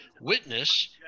witness